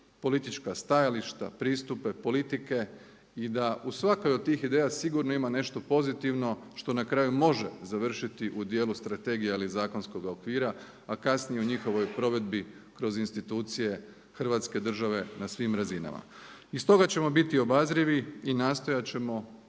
politička stajališta, pristupe politike i da u svakoj od tih ideja sigurno ima nešto pozitivno što na kraju može završiti u dijelu strategije ili zakonskoga a kasnije u njihovoj provedbi kroz institucije hrvatske države na svim razinama. I stoga ćemo biti obazrivi i nastojati ćemo uzeti